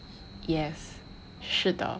yes 是的